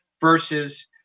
versus